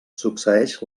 succeeix